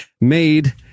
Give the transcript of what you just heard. made